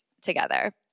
together